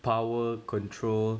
power control